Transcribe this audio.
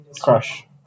crush